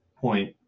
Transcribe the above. point